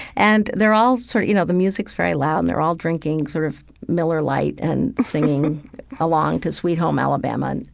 and they're all sort you know, the music's very loud, and they're all drinking sort of miller lite and singing along to sweet home alabama. and